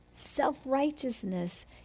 Self-righteousness